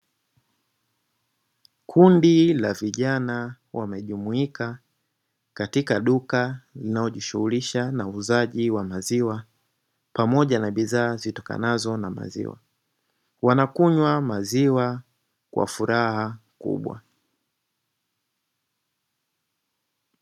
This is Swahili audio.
Kundi la vijana wamejumuika katika duka linalojishughulisha na uuzaji wa maziwa, pamoja na bidhaa zitokanazo na maziwa, wanakunywa maziwa kwa furaha kubwa.